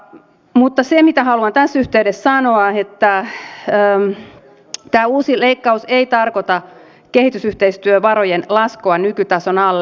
mutta se mitä haluan tässä yhteydessä sanoa on että tämä uusi leikkaus ei tarkoita kehitysyhteistyövarojen laskua nykytason alle